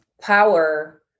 power